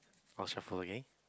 I will shuffle okay